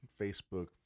Facebook